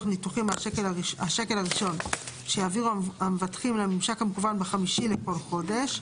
ניתוחים השקל הראשון שיעבירו המבטחים לממשק המקוון ב-5 לכל חודש,